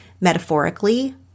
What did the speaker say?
metaphorically